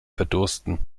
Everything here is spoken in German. verdursten